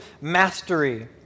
mastery